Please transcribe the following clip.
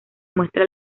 muestra